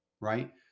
right